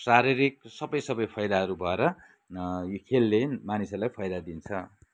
शारीरिक सबै सबै फाइदाहरू भएर खेलले मानिसहरूलाई फाइदा दिन्छ